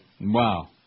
Wow